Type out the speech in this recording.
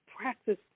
practice